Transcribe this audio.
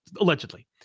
allegedly